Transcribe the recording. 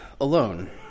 alone